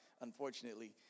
unfortunately